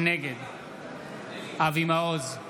נגד אבי מעוז,